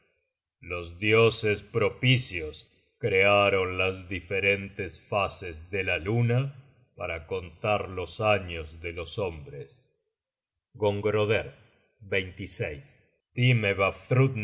los dioses propicios crearon las diferentes fases de la luna para contar los años de los hombres gongroder dime vafthrudner etc de